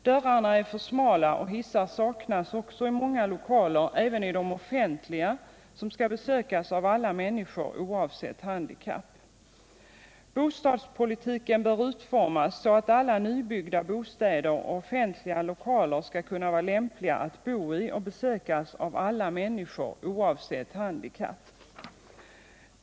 Dörrarna är för smala och hissar saknas också i många lokaler, även i de offentliga som skall besökas av alla människor oavsett handikapp. Bostadspolitiken bör utformas så att alla nybyggda bostäder och offentliga lokaler skall kunna vara lämpliga att bo i och besökas av alla människor oavsett handikapp.